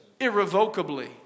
Irrevocably